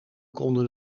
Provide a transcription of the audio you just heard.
konden